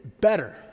better